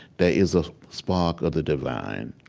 there is a spark of the divine.